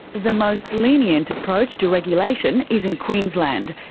the most lenient approach to regulation is in queensland,